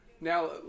Now